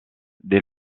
dès